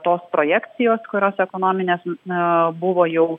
tos projekcijos kurios ekonominės na buvo jau